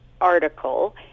article